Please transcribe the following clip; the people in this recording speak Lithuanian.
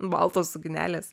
baltos suknelės